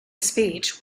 speech